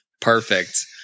perfect